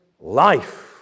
life